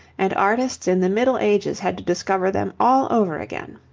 and artists in the middle ages had to discover them all over again.